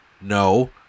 No